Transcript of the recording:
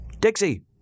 Dixie